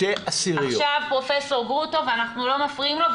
0.2%. עכשיו פרופ' גרוטו, ואנחנו לא מפריעים לו.